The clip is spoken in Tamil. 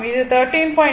இது 13